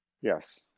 Yes